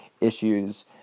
issues